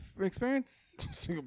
experience